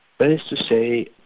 but is to say,